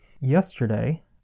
Yesterday